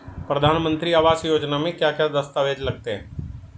प्रधानमंत्री आवास योजना में क्या क्या दस्तावेज लगते हैं?